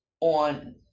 on